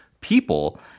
people